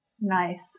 Nice